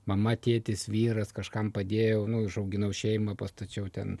mama tėtis vyras kažkam padėjau nu užauginau šeimą pastačiau ten